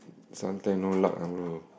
sometime no luck ah bro